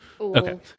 Okay